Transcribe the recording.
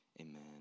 amen